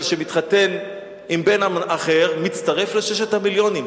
שמתחתן עם בן עם אחר מצטרף לששת המיליונים.